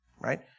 Right